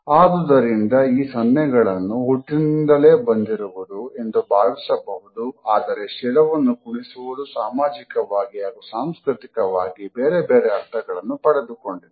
ಆದುದರಿಂದ ಈ ಸನ್ನೆಗಳನ್ನು ಹುಟ್ಟಿನಿಂದಲೇ ಬಂದಿರುವುದು ಎಂದು ಭಾವಿಸಬಹುದು ಆದರೆ ಶಿರವನ್ನು ಕುಣಿಸುವುದು ಸಾಮಾಜಿಕವಾಗಿ ಹಾಗೂ ಸಾಂಸ್ಕೃತಿಕವಾಗಿ ಬೇರೆ ಬೇರೆ ಅರ್ಥಗಳನ್ನು ಪಡೆದುಕೊಂಡಿದೆ